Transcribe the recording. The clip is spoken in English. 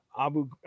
Abu